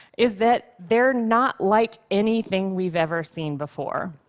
is that they're not like anything we've ever seen before.